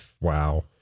Wow